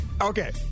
Okay